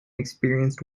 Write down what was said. experienced